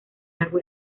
lago